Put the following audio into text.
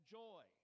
joy